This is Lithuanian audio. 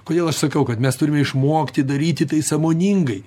kodėl aš sakau kad mes turime išmokti daryti tai sąmoningai